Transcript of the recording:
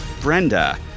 brenda